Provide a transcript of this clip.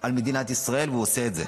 על מדינת ישראל, והוא עושה את זה.